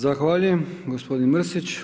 Zahvaljujem gospodin Mrsić.